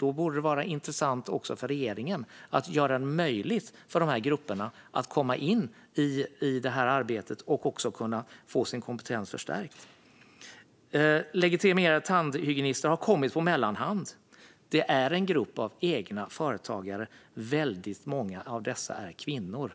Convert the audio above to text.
det borde vara intressant också för regeringen att göra det möjligt för de här grupperna att komma in i detta arbete och också kunna få sin kompetens förstärkt, om det är så att behandlingen är osäker. Legitimerade tandhygienister har kommit på mellanhand. Det är en grupp av egna företagare, och väldigt många av dessa är kvinnor.